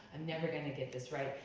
i'm never gonna get this right.